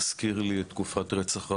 מזכיר לי את תקופת רצח רבין,